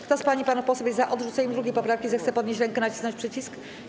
Kto z pań i panów posłów jest za odrzuceniem 2. poprawki, zechce podnieść rękę i nacisnąć przycisk.